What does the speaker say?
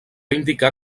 indicar